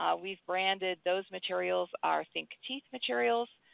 ah we've branded those materials our think teeth materials.